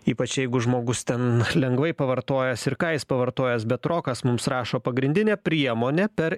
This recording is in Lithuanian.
ypač jeigu žmogus ten lengvai pavartojęs ir ką jis pavartojęs bet rokas mums rašo pagrindinė priemonė per